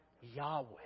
Yahweh